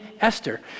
Esther